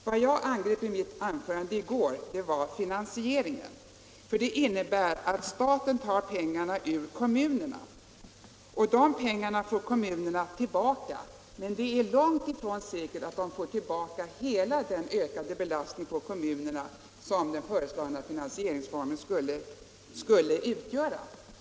Vad jag angrep i anförandet i går var finansieringen, för den innebär att staten tar pengarna från kommunerna. Dessa pengar får kommunerna tillbaka, men det är långt ifrån säkert att de får tillbaka belopp som motsvarar hela den ökade belastning på kommunerna som den föreslagna finansieringsformen skulle utgöra.